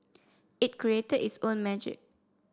it created its own magic